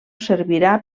servirà